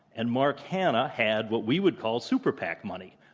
and mark hanna had what we would call super pac money,